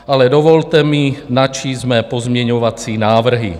Ale dovolte mi načíst mé pozměňovací návrhy.